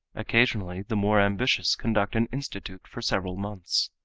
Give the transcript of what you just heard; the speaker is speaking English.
occasionally the more ambitious conduct an institute for several months.